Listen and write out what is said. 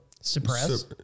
Suppress